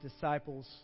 disciples